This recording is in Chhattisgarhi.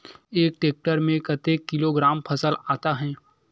एक टेक्टर में कतेक किलोग्राम फसल आता है?